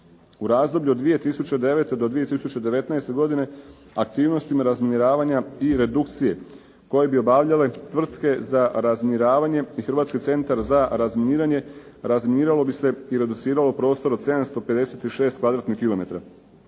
U razdoblju od 2009. do 2019. godine aktivnostima razminiravanja i redukcije koje bi obavljale tvrtke za razminiravanje i Hrvatski centar za razminiranje razminiralo bi se i reduciralo prostor od 756